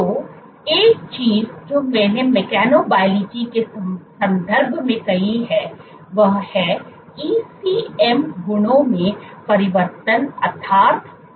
तो एक चीज जो मैंने मैकेबोलॉजी के संदर्भ में कही है वह है ECM गुणों में परिवर्तन अर्थात् कठोरता